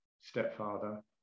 stepfather